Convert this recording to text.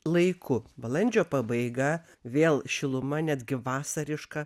laiku balandžio pabaiga vėl šiluma netgi vasariška